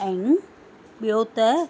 ऐं ॿियो त